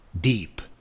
deep